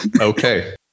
Okay